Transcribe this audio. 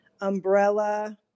umbrella